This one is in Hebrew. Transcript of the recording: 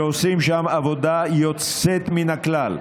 שעושים שם עבודה יוצאת מן הכלל,